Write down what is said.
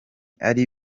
ari